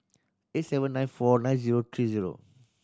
eight seven nine four nine zero three zero